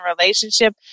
relationship